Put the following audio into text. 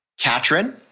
Katrin –